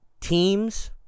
teams